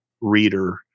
reader